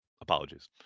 Apologies